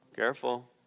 Careful